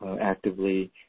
actively